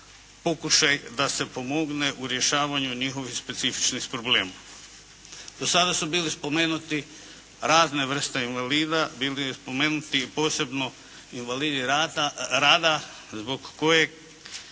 da se pomogne u rješavanju njihovih specifičnih problema. Do sada su bili spomenuti razne vrste invalida, bilo je spomenuti i posebno invalidi rada zbog kojeg